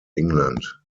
england